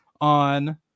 on